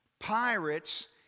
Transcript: Pirates